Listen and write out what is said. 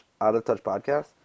out-of-touch-podcast